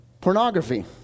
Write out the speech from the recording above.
pornography